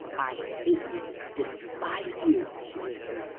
i hate you despise you! she whispered.